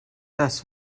das